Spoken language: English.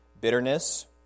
bitterness